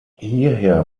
hierher